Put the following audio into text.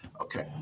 Okay